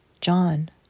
John